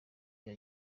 rya